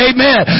Amen